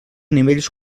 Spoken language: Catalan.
nivells